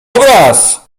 obraz